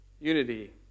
unity